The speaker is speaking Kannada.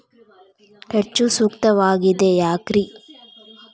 ಹೆಚ್ಚು ಸೂಕ್ತವಾಗಿದೆ ಯಾಕ್ರಿ?